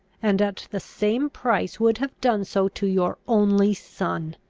and at the same price would have done so to your only son!